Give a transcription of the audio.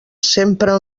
sempre